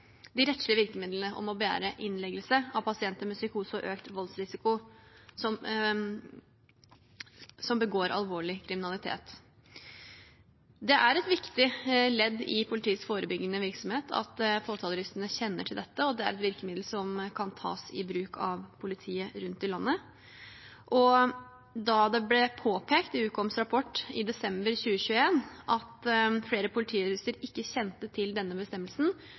de rettslige virkemidlene, om å begjære innleggelse av pasienter med psykose og økt voldsrisiko som begår alvorlig kriminalitet. Det er et viktig ledd i politiets forebyggende virksomhet at påtalejuristene kjenner til dette, og det er et virkemiddel som kan tas i bruk av politiet rundt i landet. Da det ble påpekt i Ukoms rapport i desember 2021 at flere politiressurser ikke kjente til denne bestemmelsen,